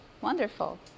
wonderful